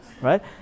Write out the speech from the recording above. right